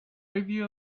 review